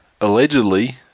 allegedly